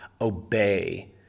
obey